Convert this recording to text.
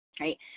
right